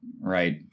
Right